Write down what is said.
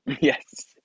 Yes